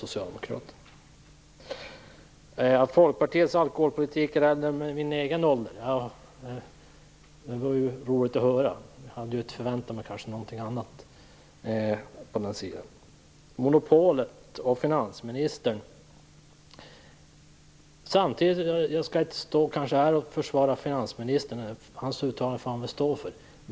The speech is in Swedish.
Isa Halvarsson sade att Folkpartiets alkoholpolitik är äldre än jag själv. Det var ju roligt att höra, men jag hade kanske förväntat mig något annat på det området. När det gäller monopolet vill inte jag stå här och försvara finansministern. Han får stå för sina egna uttalanden.